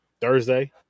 Thursday